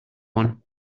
one